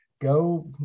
go